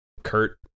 Kurt